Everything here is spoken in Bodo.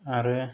आरो